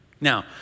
Now